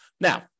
Now